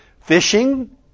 fishing